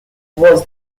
was